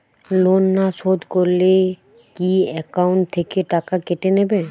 Loan না শোধ করলে কি একাউন্ট থেকে টাকা কেটে নেবে?